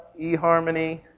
eHarmony